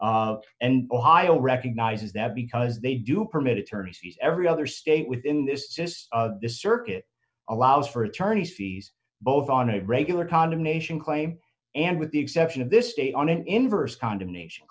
and ohio recognizes that because they do permit attorneys every other state within this just the circuit allows for attorneys fees both on a regular condemnation claim and with the exception of this state on an inverse condemnation